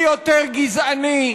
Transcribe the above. מי יותר גזעני,